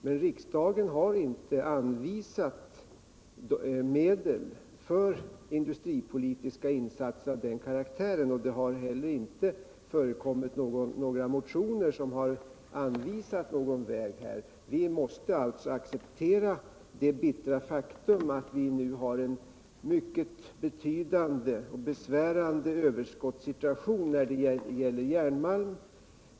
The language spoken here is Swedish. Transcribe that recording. Men riksdagen har inte anvisat medel för industripolitiska insatser av den karaktären, och det har inte heller förekommit några motioner som har anvisat någon väg. Vi måste alltså acceptera det bittra faktum att vi nu har en mycket betydande och besvärande överskottssituation när det gäller järnmalm.